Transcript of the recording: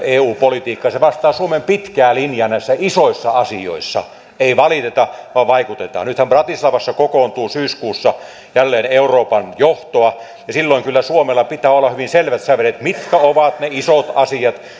eu politiikkaa ja se vastaa suomen pitkää linjaa näissä isoissa asioissa ei valiteta vaan vaikutetaan nythän bratislavassa kokoontuu syyskuussa jälleen euroopan johtoa ja silloin kyllä suomella pitää olla hyvin selvät sävelet siinä mitkä ovat ne isot asiat